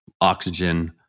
oxygen